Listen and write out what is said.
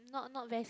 not not very